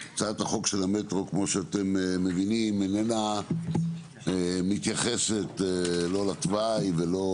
הצעת החוק של המטרו כמו שאתם מבינים איננה מתייחסת לא לתוואי ולא